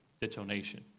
detonation